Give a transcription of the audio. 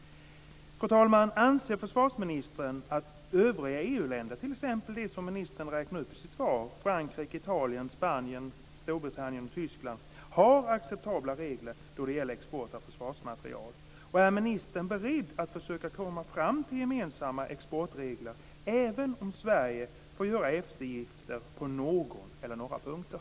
Fru talman! Anser försvarsministern att övriga EU-länder, t.ex. de som ministern räknar upp i sitt svar - Frankrike, Italien, Spanien, Storbritannien, Tyskland - har acceptabla regler då det gäller export av försvarsmateriel? Är ministern beredd att försöka komma fram till gemensamma exportregler, även om Sverige får göra eftergifter på någon eller några punkter?